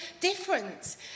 difference